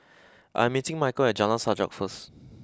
I'm meeting Michal at Jalan Sajak first